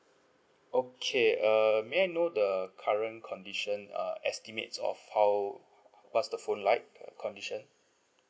okay err may I know the current condition uh estimates of how what's the phone like uh condition